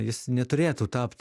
jis neturėtų tapt